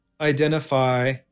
identify